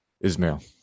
Ismail